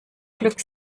glück